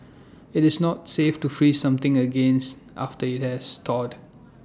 IT is not safe to freeze something again after IT has thawed